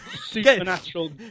supernatural